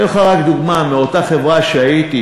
אתן לך רק דוגמה מאותה חברה שהייתי